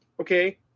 okay